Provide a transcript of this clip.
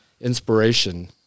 inspiration